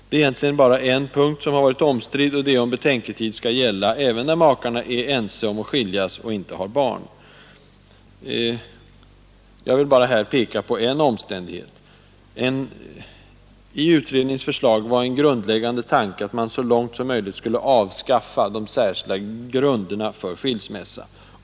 Det är egentligen bara en punkt som har varit omstridd, nämligen den om betänketid skall gälla även när makarna är ense om att skiljas och inte har barn. Jag vill här bara peka på en omständighet. I utredningens förslag var en grundläggande tanke att man så långt som möjligt skulle avskaffa de särskilda grunderna för skilsm .